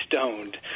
stoned